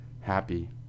happy